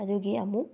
ꯑꯗꯨꯒꯤ ꯑꯃꯨꯛ